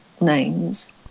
names